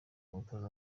umutoza